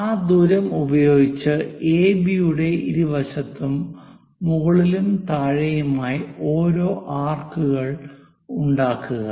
ആ ദൂരം ഉപയോഗിച്ച് എബി യുടെ ഇരുവശത്തും മുകളിലും താഴെയുമായി ഓരോ ആർക്കുകൾ ഉണ്ടാക്കുക